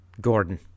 Gordon